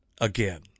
again